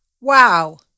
wow